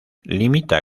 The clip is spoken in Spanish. limita